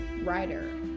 writer